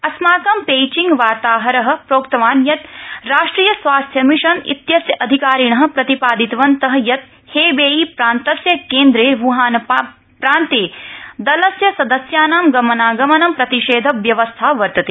अस्माकं पेइचिंग वार्ताहर प्रोक्तवान् यत् राष्ट्रिय स्वास्थ्य मिशन इत्यस्य अधिकारिण प्रतिपादितवन्त यत् हेबेई प्रान्तस्य केन्द्रे व्हानप्रान्ते दलस्य सदस्यानां गमनागमनं प्रतिषेध व्यवस्था वर्तते